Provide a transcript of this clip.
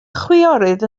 chwiorydd